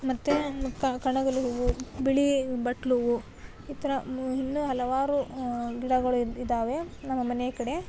ಮತ್ತು ಕಣಗಲು ಹೂವು ಬಿಳಿ ಬಟ್ಲ ಹೂವು ಈ ಥರ ಇನ್ನೂ ಹಲವಾರು ಗಿಡಗಳು ಇದು ಇದಾವೆ ನಮ್ಮ ಮನೆಯ ಕಡೆ